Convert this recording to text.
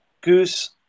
Goose